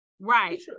Right